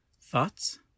thoughts